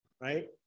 Right